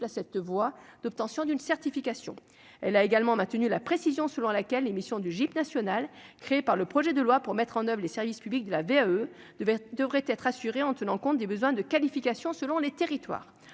à cette voie d'obtention d'une certification, elle a également maintenu la précision selon laquelle l'émission du GIP nationale créée par le projet de loi pour mettre en oeuvre les services publics, de la VAE de devrait être assuré en tenant compte des besoins de qualification selon les territoires,